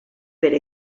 per